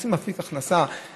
הם רוצים אפיק הכנסה סולידי.